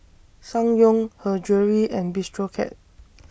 Ssangyong Her Jewellery and Bistro Cat